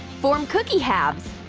form cookie halves.